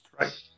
Right